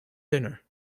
dinner